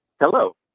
hello